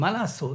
מה לעשות,